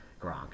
gronk